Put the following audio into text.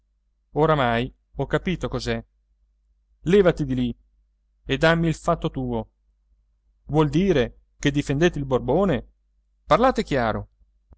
oramai ho capito cos'è levati di lì e dammi il fatto tuo vuol dire che difendete il borbone parlate chiaro